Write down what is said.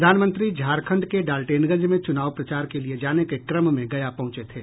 प्रधानमंत्री झारखंड के डाल्टेनगंज में चुनाव प्रचार के लिये जाने के क्रम में गया पहुंचे थे